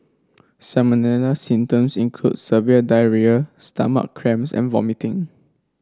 salmonella symptoms include severe diarrhoea stomach cramps and vomiting